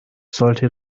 sollte